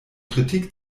kritik